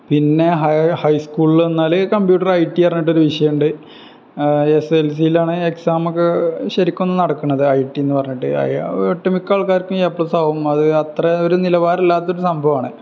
പിന്നെ ഹൈ സ്കൂളില് വന്നാല് കംപ്യൂട്ടര് ഐ ടി പറഞ്ഞിട്ടൊരു വിഷയമുണ്ട് എസ് എസ് എൽ സിലാണ് എക്സാമൊക്കെ ശരിക്കൊന്ന് നടക്കുന്നത് ഐ ടി എന്ന് പറഞ്ഞിട്ട് ഒട്ടു മിക്ക ആൾക്കാർക്കും എ പ്ലസ് ആകും അത് അത്ര ഒരു നിലവാരമില്ലാത്തൊരു സംഭവമാണ്